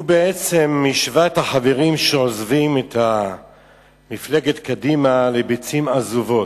הוא בעצם השווה את החברים שעוזבים את מפלגת קדימה לביצים עזובות.